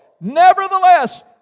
nevertheless